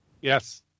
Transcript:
yes